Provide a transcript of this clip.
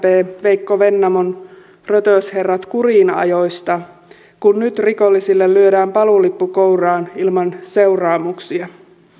veikko vennamon rötösherrat kuriin ajoista kun nyt rikollisille lyödään paluulippu kouraan ilman seuraamuksia